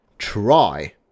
Try